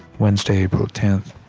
wednesday april tenth.